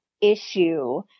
issue